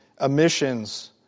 emissions